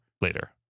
later